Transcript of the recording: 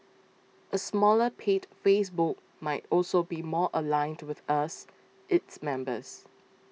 a smaller paid Facebook might also be more aligned with us its members